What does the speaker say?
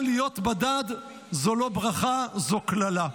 אבל להיות בדד זו לא ברכה, זו קללה.